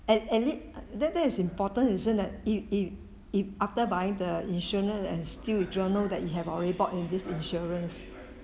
and and it that that is important isn't it if if if after buying the insurance and still you do not know that you have already bought in this insurance